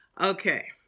okay